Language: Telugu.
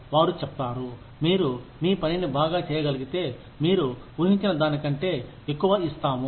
వారు చెప్తారు మీరు మీ పనిని బాగా చేయగలిగితే మీరు ఊహించిన దాని కంటే ఎక్కువ ఇస్తాము